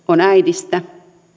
on äidistä